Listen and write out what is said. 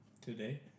Today